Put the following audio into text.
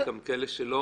וגם כאלה שלא.